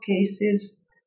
cases